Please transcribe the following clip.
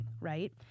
right